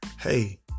hey